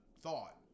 thought